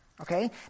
Okay